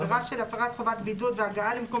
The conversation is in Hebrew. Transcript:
עבירה של הפרת חובת בידוד והגעה למקום